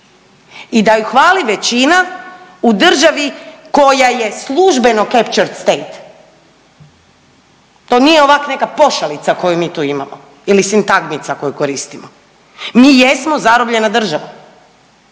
i da ju hvali većina u državi koja je službeno chapters state, to nije ovak neka pošalica koju mi tu imamo ili sigtagmica koju koristimo. Mi jesmo zarobljena država,